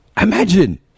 Imagine